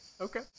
Okay